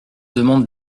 demande